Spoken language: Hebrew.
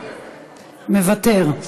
מוותר,